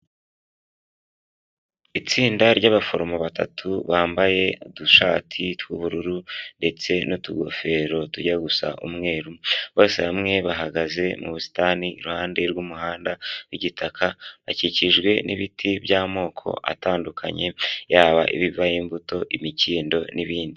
Itsinda ry'abaforomo batatu bambaye udushati tw'ubururu ndetse n'utugofero tujya gusa umweru bose hamwe bahagaze mu busitani iruhande rw'umuhanda w'igitaka akikijwe n'ibiti by'amoko atandukanye yaba ibivamo imbuto, imikindo n'ibindi.